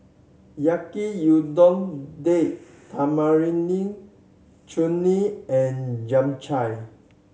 Yaki Udon Date Tamarind Chutney and Japchae